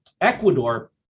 Ecuador